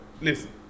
listen